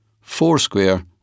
Foursquare